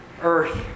earth